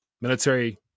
military